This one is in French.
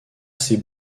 ses